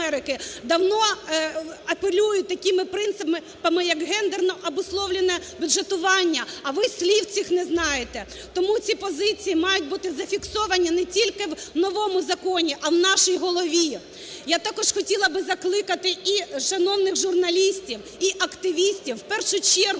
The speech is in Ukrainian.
давно апелюють такими принципами як гендерно обусловленное бюджетування, а ви слів цих не знаєте. Тому ці позиції мають бути зафіксовані не тільки в новому законі, а в нашій голові. Я також хотіла би закликати і шановних журналістів, і активістів в першу чергу